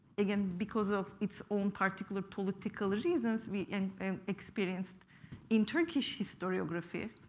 again because of its own particular political reasons, we and um experienced in turkish historiography